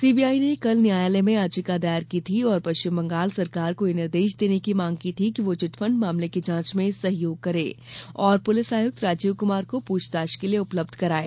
CBI ने कल न्यायालय में याचिका दायर की थी और पश्चिम बंगाल सरकार को यह निर्देश देने की मांग की थी कि वह चिटफंड मामले की जांच में सहयोग करे और पुलिस आयुक्त राजीव कुमार को पूछताछ के लिए उपलब्ध कराये